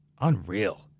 Unreal